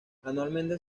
anualmente